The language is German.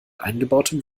eingebautem